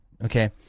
Okay